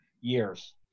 years